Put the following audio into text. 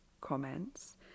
comments